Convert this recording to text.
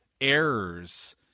errors